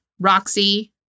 Roxy